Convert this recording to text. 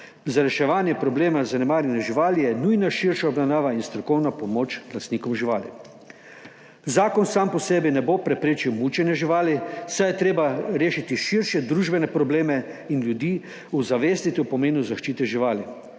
Za reševanje problema zanemarjanja živali je nujna širša obravnava in strokovna pomoč lastnikom živali. Zakon sam po sebi ne bo preprečil mučenja živali, saj je treba rešiti širše družbene probleme in ljudi ozavestiti o pomenu zaščite živali,